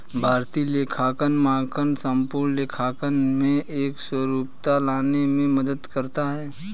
भारतीय लेखांकन मानक संपूर्ण लेखांकन में एकरूपता लाने में मदद करता है